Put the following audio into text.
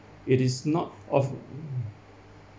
it is not off